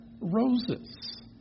roses